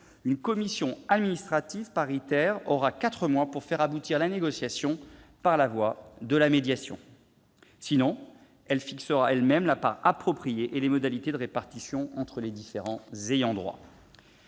une commission administrative paritaire aura quatre mois pour faire aboutir la négociation par la voie de la médiation. À défaut, elle fixera elle-même la part appropriée et les modalités de répartition entre les ayants droit.